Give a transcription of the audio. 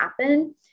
happen